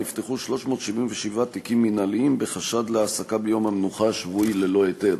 נפתחו 377 תיקים מינהליים בחשד להעסקה ביום המנוחה השבועי ללא היתר,